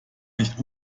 nicht